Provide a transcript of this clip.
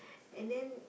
and then